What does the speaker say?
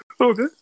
Okay